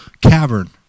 Cavern